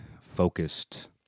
focused